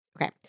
okay